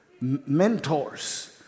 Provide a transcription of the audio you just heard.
mentors